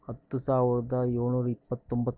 ಹತ್ತು ಸಾವಿರದ ಏಳು ನೂರ ಇಪ್ಪತ್ತೊಂಬತ್ತು